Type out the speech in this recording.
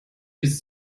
bis